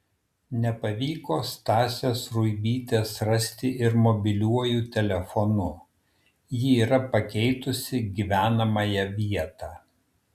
nepavyko stasės ruibytės rasti ir mobiliuoju telefonu ji yra pakeitusi gyvenamąją vietą